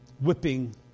whipping